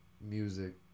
Music